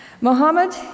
Mohammed